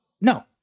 No